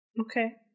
Okay